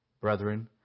brethren